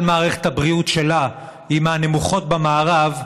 מערכת הבריאות שלה היא מהנמוכות במערב,